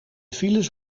files